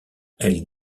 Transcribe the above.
elles